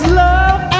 love